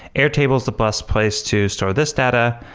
airtable is the bus place to store this data.